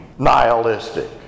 nihilistic